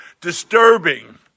disturbing